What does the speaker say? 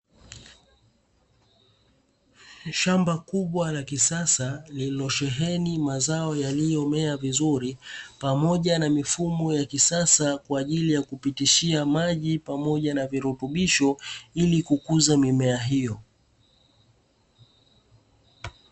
Shamba kubwa la kisasa lililosheheni mazao yaliyomea vizuri pamoja na mifumo ya kisasa, kwa ajili ya kupitishia maji pamoja na virutubisho ili kukuza mimea hiyo.